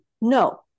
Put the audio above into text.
No